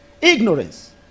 Ignorance